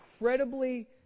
incredibly